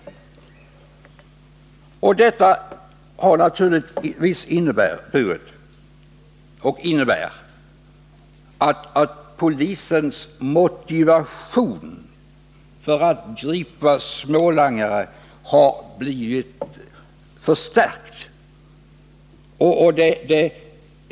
Denna förändring har naturligtvis inneburit och innebär att polisens motivation för att gripa smålangare har förstärkts.